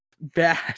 bad